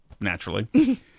Naturally